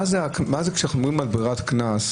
מה זה כשאנחנו אומרים על ברירת קנס,